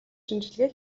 шинжилгээ